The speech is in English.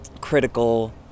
critical